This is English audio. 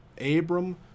Abram